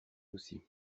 aussi